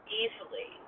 easily